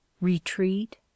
retreat